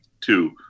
two